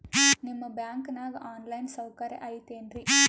ನಿಮ್ಮ ಬ್ಯಾಂಕನಾಗ online ಸೌಕರ್ಯ ಐತೇನ್ರಿ?